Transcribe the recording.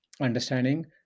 understanding